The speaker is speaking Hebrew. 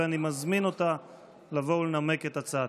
ואני מזמין אותה לבוא ולנמק את הצעתה.